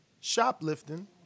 shoplifting